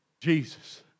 Jesus